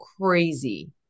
crazy